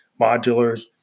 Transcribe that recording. modulars